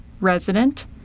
resident